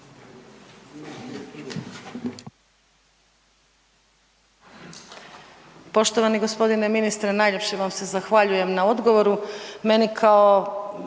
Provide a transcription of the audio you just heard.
Poštovani g. ministre, najljepše vam se zahvaljujem na odgovoru.